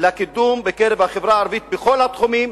לקידום בקרב החברה הערבית בכל התחומים,